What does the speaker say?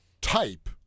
type